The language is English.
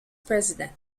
president